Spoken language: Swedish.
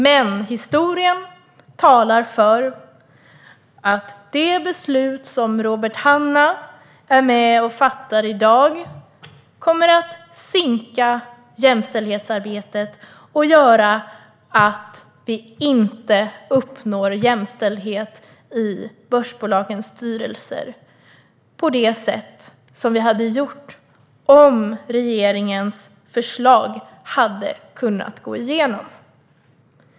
Men historien talar för att det beslut som Robert Hannah är med och fattar i dag kommer att sinka jämställdhetsarbetet och göra att vi inte uppnår jämställdhet i börsbolagens styrelser på det sätt som vi hade gjort om regeringens förslag hade gått igenom.